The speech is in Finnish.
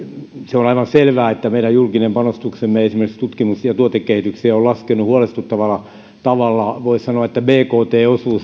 on aivan selvää että meidän julkinen panostuksemme esimerkiksi tutkimus ja tuotekehitykseen on laskenut huolestuttavalla tavalla voisi sanoa että bkt